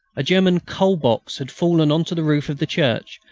a german coal-box had fallen on to the roof of the church,